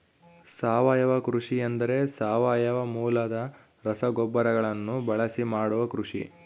ಸಾವಯವ ಕೃಷಿ ಎಂದರೆ ಸಾವಯವ ಮೂಲದ ರಸಗೊಬ್ಬರಗಳನ್ನು ಬಳಸಿ ಮಾಡುವ ಕೃಷಿ